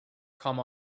come